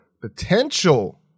potential